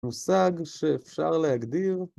מושג שאפשר להגדיר במהלך.